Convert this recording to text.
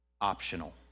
optional